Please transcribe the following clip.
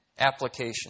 application